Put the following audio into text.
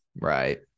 Right